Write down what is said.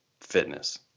fitness